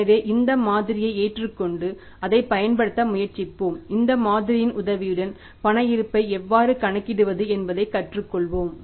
எனவே இந்த மாதிரியை ஏற்றுக்கொண்டு அதைப் பயன்படுத்த முயற்சிப்போம் இந்த மாதிரியின் உதவியுடன் பண இருப்பை எவ்வாறு கணக்கிடுவது என்பதைக் கற்றுக்கொள்வோம்